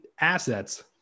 assets